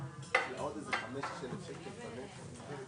יש חמישה שנמצאים בקורס קצינים ועוד 16 שממתינים